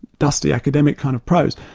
dusty, academic kind of prose.